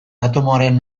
atomoaren